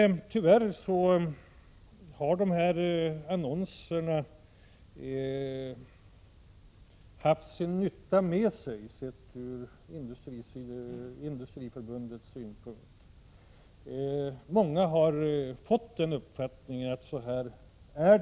Tyvärr har Industriförbundets annonser varit effektiva från Industriförbundets synpunkt.